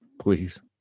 please